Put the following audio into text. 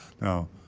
Now